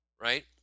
right